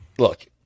Look